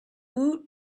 woot